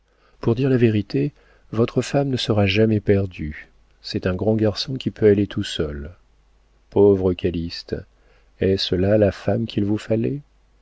pour dire la vérité votre femme ne sera jamais perdue c'est un grand garçon qui peut aller tout seul pauvre calyste est-ce là la femme qu'il vous fallait